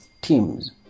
teams